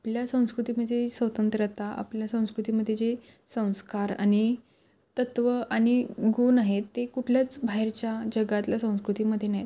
आपल्या संस्कृतीमध्ये स्वतंत्रता आपल्या संस्कृतीमध्ये जे संस्कार आणि तत्त्व आणि गुण आहे ते कुठल्याच बाहेरच्या जगातल्या संस्कृतीमध्ये नाही